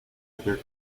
other